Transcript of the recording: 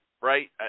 right